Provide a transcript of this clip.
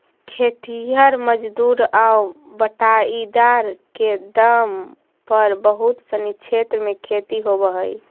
खेतिहर मजदूर आउ बटाईदार के दम पर बहुत सनी क्षेत्र में खेती होवऽ हइ